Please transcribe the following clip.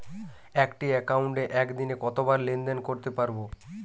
একটি একাউন্টে একদিনে কতবার লেনদেন করতে পারব?